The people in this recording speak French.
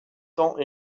temps